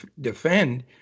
defend